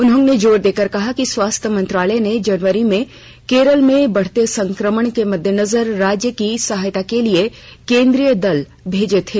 उन्होंने जोर देकर कहा कि स्वास्थ्य मंत्रालय ने जनवरी में केरल में बढते संक्रमण के मददेनजर राज्य की सहायता के लिए केन्द्रीय दल भेजे थे